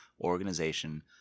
organization